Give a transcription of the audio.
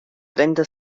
trenta